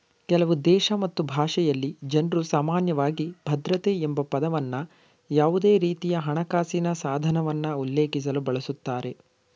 ಕೆಲವುದೇಶ ಮತ್ತು ಭಾಷೆಯಲ್ಲಿ ಜನ್ರುಸಾಮಾನ್ಯವಾಗಿ ಭದ್ರತೆ ಎಂಬಪದವನ್ನ ಯಾವುದೇರೀತಿಯಹಣಕಾಸಿನ ಸಾಧನವನ್ನ ಉಲ್ಲೇಖಿಸಲು ಬಳಸುತ್ತಾರೆ